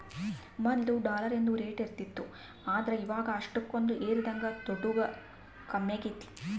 ಮೊದ್ಲು ಡಾಲರಿಂದು ರೇಟ್ ಏರುತಿತ್ತು ಆದ್ರ ಇವಾಗ ಅಷ್ಟಕೊಂದು ಏರದಂಗ ತೊಟೂಗ್ ಕಮ್ಮೆಗೆತೆ